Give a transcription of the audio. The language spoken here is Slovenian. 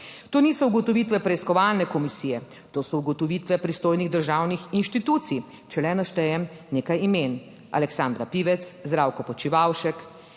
To niso ugotovitve preiskovalne komisije, to so ugotovitve pristojnih državnih inštitucij. Če le naštejem nekaj imen: Aleksandra Pivec, Zdravko Počivalšek,